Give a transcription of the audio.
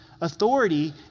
authority